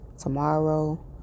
tomorrow